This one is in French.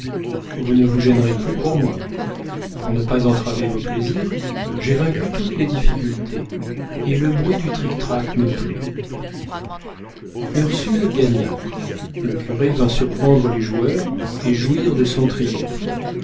vous ne vous gênerez plus pour moi pour ne pas entraver vos plaisirs j'ai vaincu toutes les difficultés et le bruit du trictrac me plaît ursule gagna le curé vint surprendre les joueurs et jouir de son triomphe